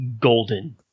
golden